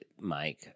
mike